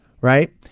right